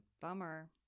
Bummer